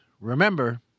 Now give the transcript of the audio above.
remember